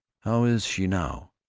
how is she now?